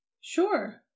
Sure